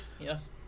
Yes